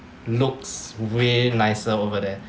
looks way nicer over there